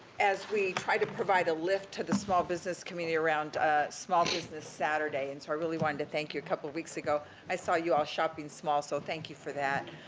as we try to provide a lift to the small business community around small business saturday. and, so, i really wanted to thank you. a couple of weeks ago, i saw you all shopping small, so thank you for that.